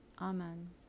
Amen